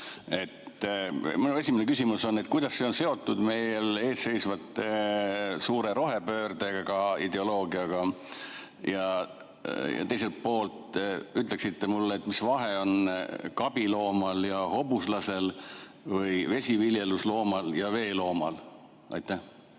Minu esimene küsimus on, kuidas see on seotud meie ees seisva suure rohepöörde ideoloogiaga. Teiselt poolt ehk ütleksite mulle, mis vahe on kabiloomal ja hobuslasel või vesiviljelusloomal ja veeloomal. Peeter